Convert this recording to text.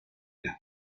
las